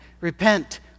Repent